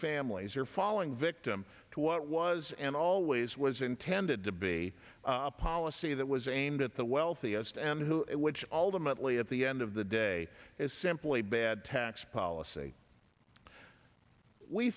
families are falling victim to what was and always was intended to be a policy that was aimed at the wealthiest and which ultimately at the end of the day is simply bad tax policy we